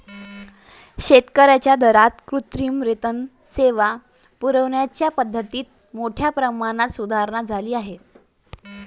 शेतकर्यांच्या दारात कृत्रिम रेतन सेवा पुरविण्याच्या पद्धतीत मोठ्या प्रमाणात सुधारणा झाली आहे